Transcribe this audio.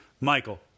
Michael